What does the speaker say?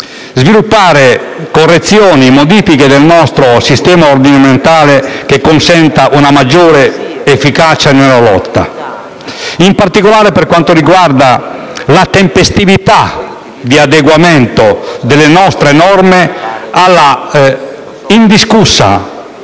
sviluppare correzioni e modifiche del nostro sistema ordinamentale, che consentano una maggiore efficacia nella lotta, in particolare per quanto riguarda la tempestività di adeguamento delle nostre norme all'indiscussa